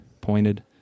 pointed